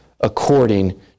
according